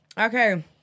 Okay